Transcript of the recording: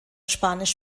spanisch